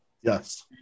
Yes